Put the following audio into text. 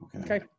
Okay